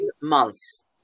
months